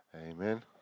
Amen